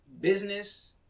business